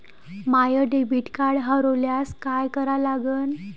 माय debit card हरोल्यास काय करा लागन?